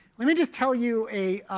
let me just tell you a